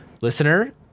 Listener